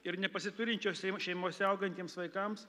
ir nepasiturinčiose šeimose augantiems vaikams